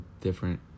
different